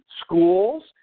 schools